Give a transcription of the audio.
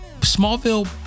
smallville